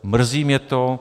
Mrzí mě to.